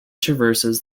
traverses